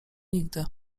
nigdy